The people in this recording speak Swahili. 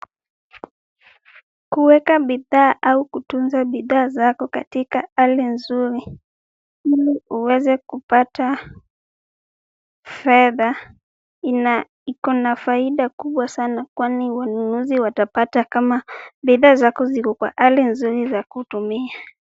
Kuweka bidhaa au kutunza bidhaa zako katika hali nzuri ili uweze kupata fedha na iko na faida kubwa sana kwani wanunuzi watapata kama bidhaa zako ziko kwa hali nzuri za kutumia.